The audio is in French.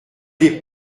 est